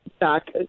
back